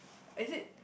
is it